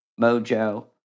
mojo